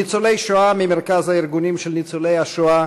ניצולי שואה ממרכז הארגונים של ניצולי השואה,